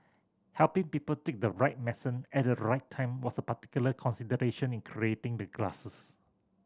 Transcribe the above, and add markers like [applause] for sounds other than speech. helping people take the right [unintelligible] at the right time was a particular consideration in creating the glasses